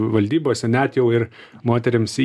valdybose net jau ir moterims į